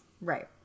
Right